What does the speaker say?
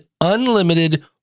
unlimited